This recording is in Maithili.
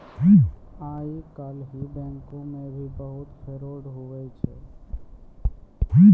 आइ काल्हि बैंको मे भी बहुत फरौड हुवै छै